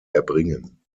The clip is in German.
erbringen